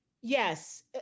Yes